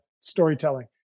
storytelling